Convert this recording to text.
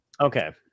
okay